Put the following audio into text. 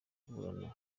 aburana